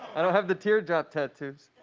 i don't have the teardrop tattoos.